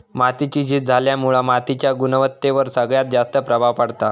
मातीची झीज झाल्यामुळा मातीच्या गुणवत्तेवर सगळ्यात जास्त प्रभाव पडता